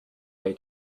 pay